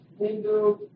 Hindu